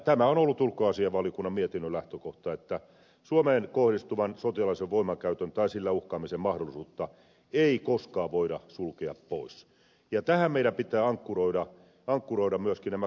tämä on ollut ulkoasiainvaliokunnan mietinnön lähtökohta että suomeen kohdistuvan sotilaallisen voimankäytön tai sillä uhkaamisen mahdollisuutta ei koskaan voida sulkea pois ja tähän meidän pitää ankkuroida myöskin nämä kaksi suurta asiaa